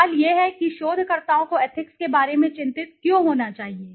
सवाल यह है कि शोधकर्ताओं को एथिक्स के बारे में चिंतित क्यों होना चाहिए